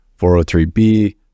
403b